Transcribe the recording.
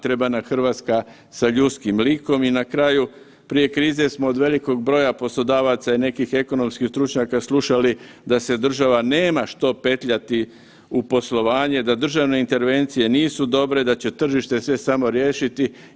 Treba nam Hrvatska sa ljudskim likom i na kraju prije krize smo od velikog broja poslodavaca i nekih ekonomskih stručnjaka slušali da se država nema što petljati u poslovanje, da državne intervencije nisu dobre, da će tržište sve samo riješiti.